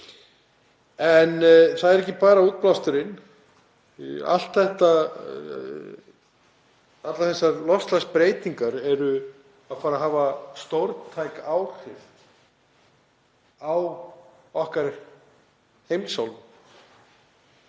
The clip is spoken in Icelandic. En það er ekki bara útblásturinn. Allar þessar loftslagsbreytingar munu hafa stórtæk áhrif á okkar heimsálfu.